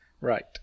Right